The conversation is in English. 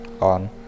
on